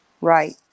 Right